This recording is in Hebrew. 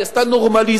היא עשתה נורמליזציה